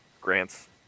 grants